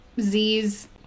Z's